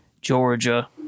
Georgia